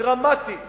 דרמטית